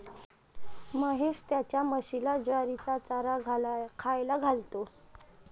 महेश त्याच्या म्हशीला ज्वारीचा चारा खायला घालतो